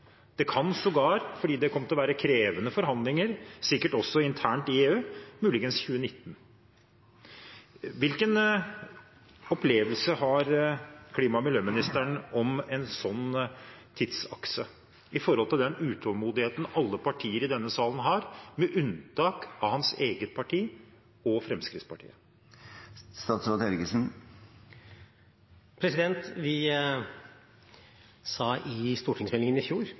det kan sågar – fordi det sikkert kommer til å være krevende forhandlinger internt også i EU – muligens bli 2019. Hvilken opplevelse har klima- og miljøministeren av en sånn tidsakse i forhold til den utålmodigheten alle partier i denne salen, med unntak av hans eget parti og Fremskrittspartiet, har? Vi sa i stortingsmeldingen i fjor: